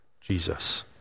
Jesus